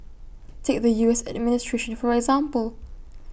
take the U S administration for example